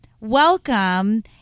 Welcome